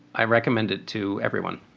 i recommend it to everyone